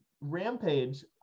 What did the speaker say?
Rampage